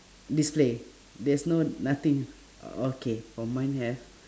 display there's no nothing okay for mine have